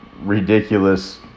ridiculous